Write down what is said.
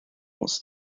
muss